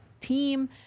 team